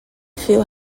few